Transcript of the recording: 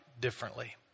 differently